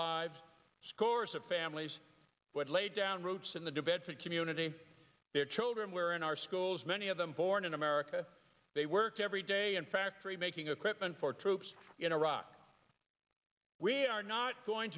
lives scores of families would lay down roots in the debate for community their children were in our schools many of them born in america they worked every day in factory making equipment for troops in iraq we are not going